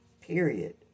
period